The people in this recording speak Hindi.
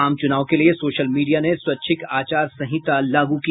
आम चुनाव के लिये सोशल मीडिया ने स्वैच्छिक आचार संहिता लागू की